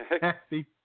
Happy